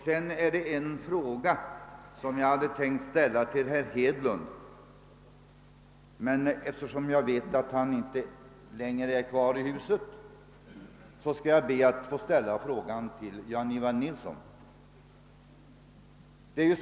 Sedan hade jag tänkt ställa en fråga till herr Hedlund, men eftersom jag vet att han inte längre är kvar i huset, skall jag be att få ställa frågan till herr Nilsson i Tvärålund.